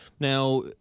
Now